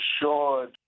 assured